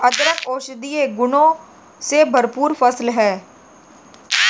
अदरक औषधीय गुणों से भरपूर फसल है